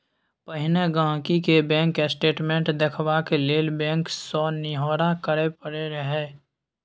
पहिने गांहिकी केँ बैंक स्टेटमेंट देखबाक लेल बैंक सँ निहौरा करय परय रहय